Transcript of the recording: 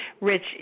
Rich